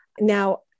Now